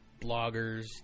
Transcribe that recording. bloggers